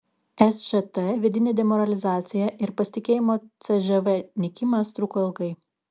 sžt vidinė demoralizacija ir pasitikėjimo cžv nykimas truko ilgai